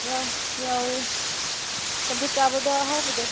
ꯌꯥꯎꯏ ꯆꯝꯐꯨꯠ ꯆꯥꯕꯗ ꯑꯍꯥꯎꯕꯗꯣ